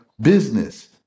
business